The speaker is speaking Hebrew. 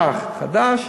בא חדש,